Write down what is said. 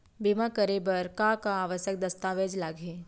बीमा करे बर का का आवश्यक दस्तावेज लागही